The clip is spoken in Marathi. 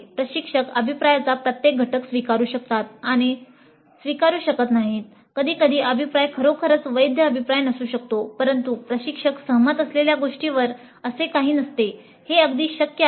प्रशिक्षक अभिप्रायाचा प्रत्येक घटक स्वीकारू शकतात किंवा स्वीकारू शकत नाही कधीकधी अभिप्राय खरोखरच वैध अभिप्राय नसू शकतो परंतु प्रशिक्षक सहमत असलेल्या गोष्टीवर असे काही नसते हे अगदी शक्य आहे